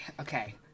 okay